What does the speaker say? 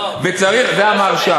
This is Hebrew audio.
לא, אני לא שומע.